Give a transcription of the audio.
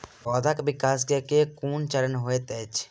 पौधाक विकास केँ केँ कुन चरण हएत अछि?